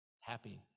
happy